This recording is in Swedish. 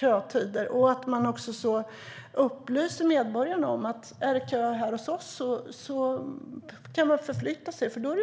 kötider? Upplyser man medborgarna om att de kan förflytta sig om det är kö?